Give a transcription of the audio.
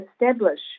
establish